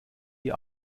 die